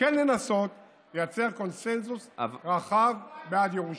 וכן לנסות לייצר קונסנזוס רחב בעד ירושלים.